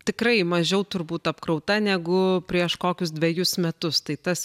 tikrai mažiau turbūt apkrauta negu prieš kokius dvejus metus tai tas